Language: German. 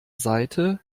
seite